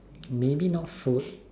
maybe not food